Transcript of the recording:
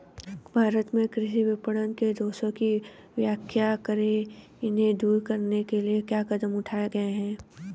भारत में कृषि विपणन के दोषों की व्याख्या करें इन्हें दूर करने के लिए क्या कदम उठाए गए हैं?